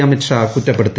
അമിത് ഷാ കുറ്റപ്പെടുത്തി